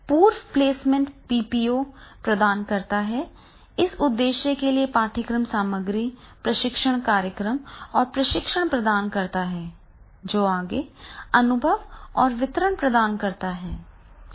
पूर्व placement PPO प्रदान करता है इस उद्देश्य के लिए पाठ्यक्रम सामग्री प्रशिक्षण कार्यक्रम और प्रशिक्षण प्रदान करता है जो आगे अनुभव और वितरण प्रदान करता है